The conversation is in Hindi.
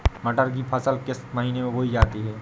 मटर की फसल किस महीने में बोई जाती है?